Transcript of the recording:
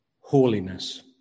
holiness